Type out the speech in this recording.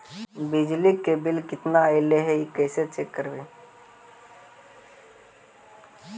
बिजली के बिल केतना ऐले हे इ कैसे चेक करबइ?